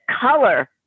color